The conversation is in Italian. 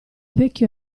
vecchio